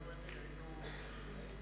גם אני, היינו עסוקים,